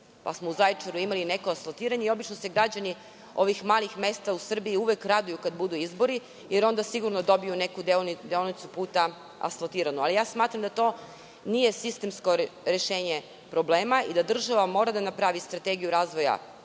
U Zaječaru smo imali neko asfaltiranje i obično se građani ovih malih mesta u Srbiji uvek raduju kada budu izbori, jer onda sigurno dobiju neku deonicu puta asfaltiranu. Smatram da to nije sistemsko rešenje problema i da država mora da napravi strategiju razvoja